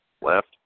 left